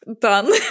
done